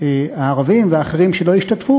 הערבים והאחרים שלא השתתפו,